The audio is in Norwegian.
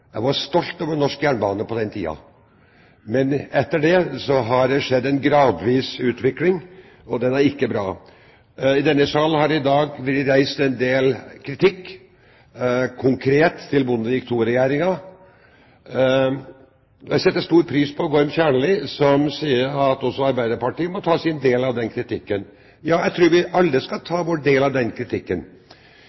Jeg var stolt over norsk jernbane på den tiden. Men etter den tid har det skjedd en gradvis utvikling, og den er ikke bra. I denne salen har det i dag vært reist en del kritikk, konkret til Bondevik II-regjeringen. Jeg setter stor pris på Gorm Kjernli, som sier at også Arbeiderpartiet må ta sin del av den kritikken. Jeg tror vi alle skal